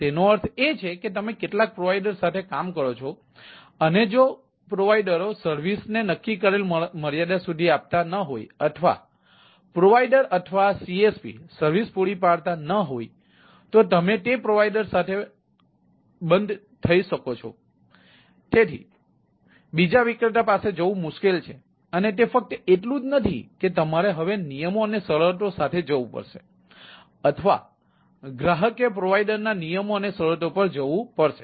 તેનો અર્થ એ છે કે તમે કેટલાક પ્રોવાઇડર સાથે કામ કરો છો અને જો પ્રોવાઇડરઓ સર્વિસને નક્કી કરેલ મર્યાદા સુધી આપતા ન હોય અથવા પ્રોવાઇડર અથવા CSP સર્વિસ પૂરી પાડતી ન હોય તો તમે તે પ્રોવાઇડર સાથે બંધ થઈ જાઓ છો તેથી બીજા વિક્રેતા પાસે જવું મુશ્કેલ છે અને તે ફક્ત એટલું જ નથી કે તમારે હવે નિયમો અને શરતો સાથે જવું પડશે અથવા ગ્રાહકે પ્રોવાઇડરના નિયમો અને શરતો પર જવું પડશે